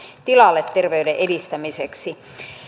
tilalle terveyden edistämiseksi